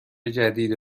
جدید